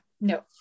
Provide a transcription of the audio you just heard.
no